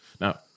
Now